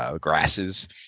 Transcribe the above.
grasses